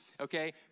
okay